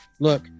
Look